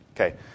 okay